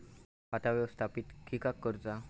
खाता व्यवस्थापित किद्यक करुचा?